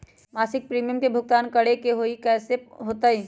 मासिक प्रीमियम के भुगतान करे के हई कैसे होतई?